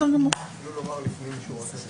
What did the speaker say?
אפילו לומר לפנים משורת הדין.